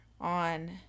on